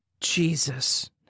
Jesus